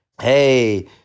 Hey